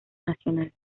nacional